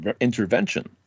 intervention